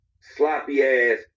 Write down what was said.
sloppy-ass